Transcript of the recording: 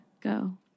go